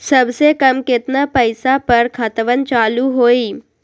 सबसे कम केतना पईसा पर खतवन चालु होई?